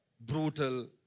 Brutal